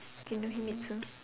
kinohimitsu